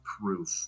proof